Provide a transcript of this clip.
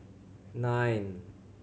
nine